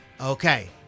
okay